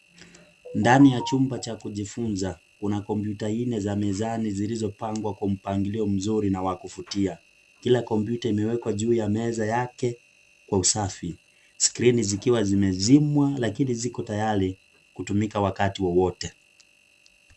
Ndani ya jumba cha kujifunza kuna kompyuta nne za mezani zilizopangwa kwa mpangilio mzuri na wa kuvutia, kila kompyuta imewekwa juu ya meza yake kwa usafi skrini zikiwa zimezimwa lakini ziko tayari kutumika wakati wowote.